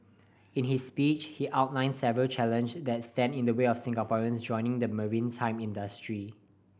in his speech he outlined several challenge that stand in the way of Singaporeans joining the maritime industry